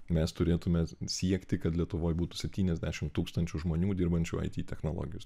mes turėtume siekti kad lietuvoje būtų septyniasdešimt tūkstančių žmonių dirbančių ai tį technologijos